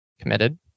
Committed